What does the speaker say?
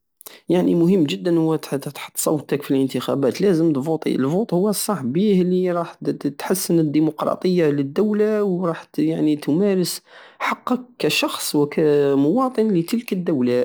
يعني هو مهم جدا تحط صوتك في الانتخابات لازم تفوطي الفوط هو الصح بيه لي راح تتحسن الديموقراطية لدولة ورح يعني تمارس حقك كشخص كمواطن لتلك الدولة